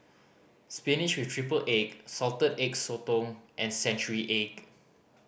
spinach with triple egg Salted Egg Sotong and century egg